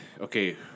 Okay